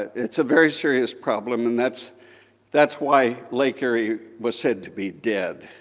it's a very serious problem, and that's that's why lake erie was said to be dead,